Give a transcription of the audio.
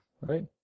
right